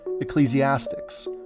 Ecclesiastics